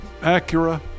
Acura